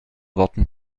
worten